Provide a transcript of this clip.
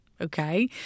Okay